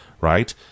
right